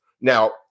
Now